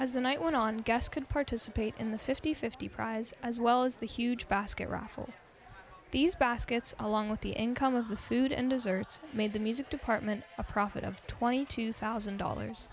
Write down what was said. the night went on gas could participate in the fifty fifty prize as well as the huge basket raffle these baskets along with the income of the food and desserts made the music department a profit of twenty two thousand dollars